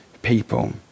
People